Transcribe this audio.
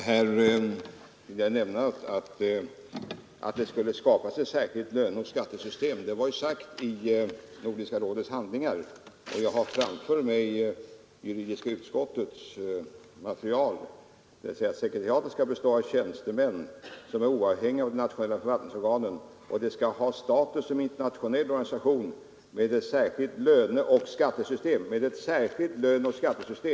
Fru talman! Att det skulle skapas ett särskilt löneoch skattesystem var ju sagt i Nordiska rådets handlingar. Jag har framför mig juridiska utskottets material, där det sägs att sekreteriatet skall bestå av tjänstemän som är oavhängiga av de internationella förvaltningsorganen och att det skall ha status som internationell organisation med ett särskilt löneoch skattesystem.